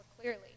clearly